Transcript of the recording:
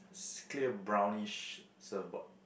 is clear brownish surfboard